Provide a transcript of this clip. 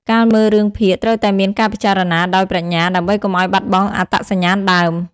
ការមើលរឿងភាគត្រូវតែមានការពិចារណាដោយប្រាជ្ញាដើម្បីកុំឲ្យបាត់បង់អត្តសញ្ញាណដើម។